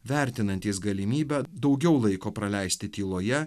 vertinantys galimybę daugiau laiko praleisti tyloje